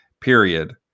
period